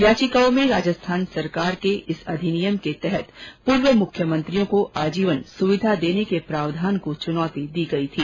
याचिकाओं में राजस्थान सरकार के इस अधिनियम के तहत पूर्व मुख्यमंत्रियों को आजीवन सुविधा देने के प्रावधान को चुनौती दी गई थी